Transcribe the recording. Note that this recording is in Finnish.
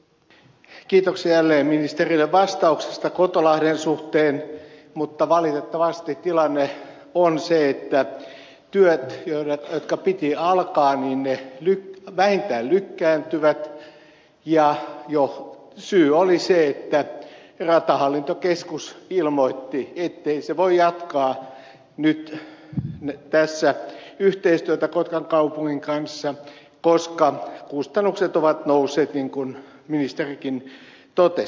kiitoksia jälleen ministerille vastauksesta kotolahden suhteen mutta valitettavasti tilanne on se että työt joiden piti alkaa vähintään lykkääntyvät ja syy oli se että ratahallintokeskus ilmoitti ettei se voi jatkaa tässä yhteistyötä kotkan kaupungin kanssa koska kustannukset ovat nousseet niin kuin ministerikin totesi